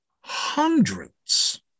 hundreds